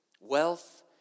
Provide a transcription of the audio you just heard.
Wealth